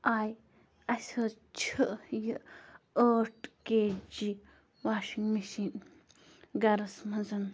I اَسہِ حظ چھِ یہِ ٲٹھ کے جی واشِنٛگ مشیٖن گرَس منٛز